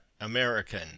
American